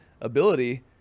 ability